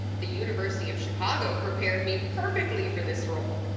the university of chicago prepared me perfectly for this role.